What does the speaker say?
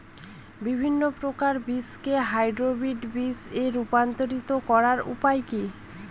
বিভিন্ন প্রকার বীজকে হাইব্রিড বীজ এ রূপান্তরিত করার উপায় কি?